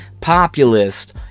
populist